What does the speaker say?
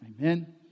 Amen